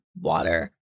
water